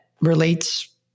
relates